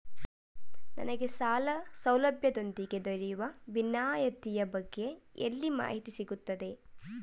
ನನಗೆ ಸಾಲ ಸೌಲಭ್ಯದೊಂದಿಗೆ ದೊರೆಯುವ ವಿನಾಯತಿಯ ಬಗ್ಗೆ ಎಲ್ಲಿ ಮಾಹಿತಿ ಸಿಗುತ್ತದೆ?